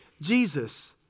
Jesus